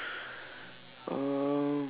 uh